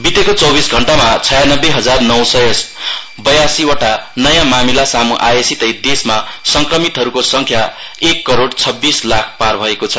वितेको चौबीस घण्टामा छयानब्बे हजार नौं सय बयासीवटा नयाँ मामिला सामू आएसितै देशमा संक्रमितहरूको संख्या एक करोड़ छब्बीस लाख पार भएको छ